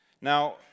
Now